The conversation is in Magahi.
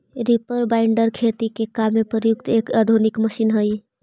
रीपर बाइन्डर खेती के काम में प्रयुक्त एक आधुनिक मशीन हई